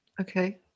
Okay